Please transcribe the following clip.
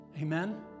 Amen